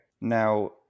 Now